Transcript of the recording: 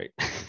right